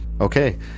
Okay